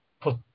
put